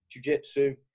jujitsu